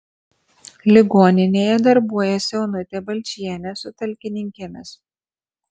ligoninėje darbuojasi onutė balčienė su talkininkėmis